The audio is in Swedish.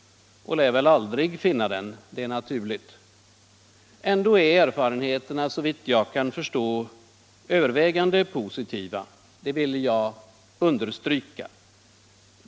— och lär aldrig finna den. Det är naturligt. Ändå är erfarenheterna såvitt jag kan förstå övervägande positiva. Det vill jag understryka.